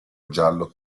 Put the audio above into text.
giallo